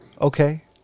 Okay